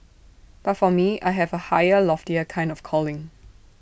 but for me I have A higher loftier kind of calling